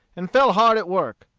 and fell hard at work.